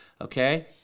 okay